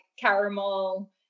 caramel